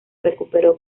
recuperó